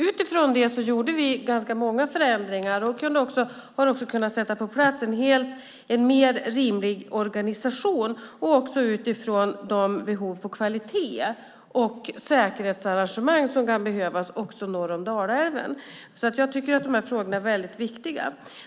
Utifrån detta gjorde vi ganska många förändringar och har också kunnat få på plats en mer rimlig organisation, också med tanke på kvaliteten och med tanke på de säkerhetsarrangemang som kan behövas även norr om Dalälven. Jag tycker att dessa frågor är mycket viktiga.